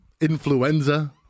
Influenza